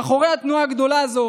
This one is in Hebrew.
מאחורי התנועה הגדולה הזאת